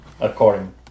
according